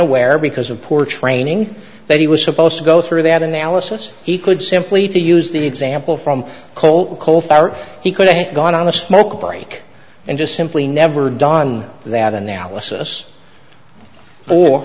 aware because of poor training that he was supposed to go through that analysis he could simply to use the example from coal coal fire or he could have gone on a smoke break and just simply never done that analysis or